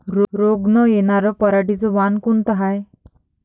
रोग न येनार पराटीचं वान कोनतं हाये?